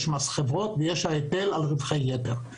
מס חברות והיטל על רווחי היתר.